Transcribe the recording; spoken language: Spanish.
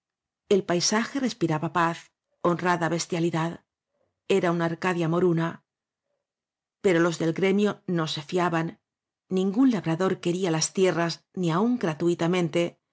el paisaje respiraba paz honrada bestialidad era una arcadia moruna pero los del gremio no se fiaban ningún labrador quería las tierras ni aun gratuitamente